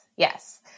Yes